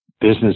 business